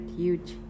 huge